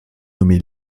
nommé